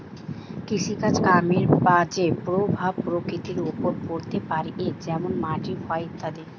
কৃষিকাজ কামের বাজে প্রভাব প্রকৃতির ওপর পড়তে পারে যেমন মাটির ক্ষয় ইত্যাদি